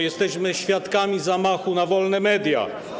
Jesteśmy świadkami zamachu na wolne media.